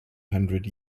hundred